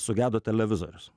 sugedo televizorius